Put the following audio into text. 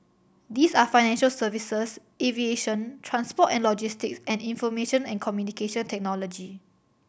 these are financial services aviation transport and logistics and information and Communication Technology